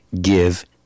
give